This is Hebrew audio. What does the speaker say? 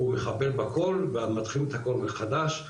הוא מחבל בכל ומתחילים את הכל מחדש,